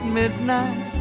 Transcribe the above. midnight